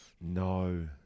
No